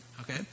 Okay